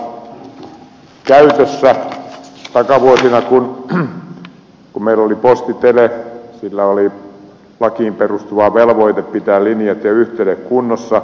takavuosina kun meillä oli posti tele sillä oli lakiin perustuva velvoite pitää linjat ja yhteydet kunnossa